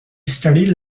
studied